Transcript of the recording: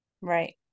Right